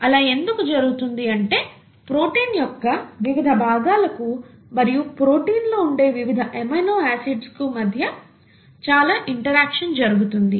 అలా ఎందుకు జరుగుతుంది అంటే ప్రోటీన్ యొక్క వివిధ భాగాలకు మరియు ప్రోటీన్ లో ఉండే వివిధ ఎమినో ఆసిడ్స్ కు మధ్య చాలా ఇంటరాక్షన్ జరుగుతుంది